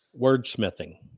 Wordsmithing